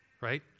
right